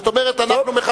כלומר אנחנו,